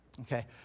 Okay